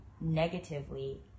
negatively